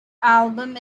album